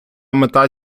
мета